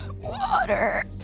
water